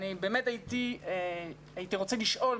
אני באמת הייתי רוצה לשאול,